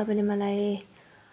तपाईँले मलाई